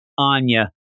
Anya